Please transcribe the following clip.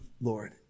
Lord